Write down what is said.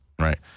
right